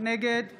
נגד